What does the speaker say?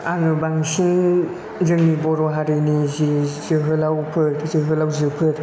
आङो बांसिन जोंनि बर' हारिनि जे जोहोलावफोर जोहोलावजोफोर